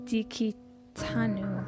Dikitanu